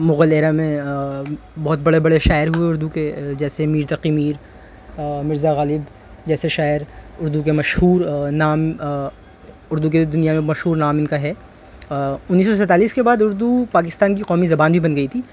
Mughal era میں بہت بڑے بڑے شاعر ہوئے اردو کے جیسے میر تقی میر مرزا غالب جیسے شاعر اردو کے مشہور نام اردو کے دنیا میں مشہور نام ان کا ہے انیس سو سینتالیس کے بعد اردو پاکستان کی قومی زبان بھی بن گئی تھی